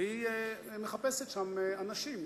והיא מחפשת שם אנשים.